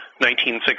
1960